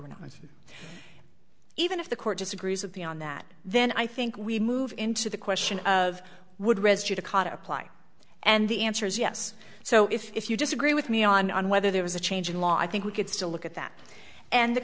they're not even if the court disagrees with the on that then i think we move into the question of would read you to caught apply and the answer is yes so if you disagree with me on whether there was a change in law i think we could still look at that and the